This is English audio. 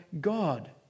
God